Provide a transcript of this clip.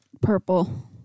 Purple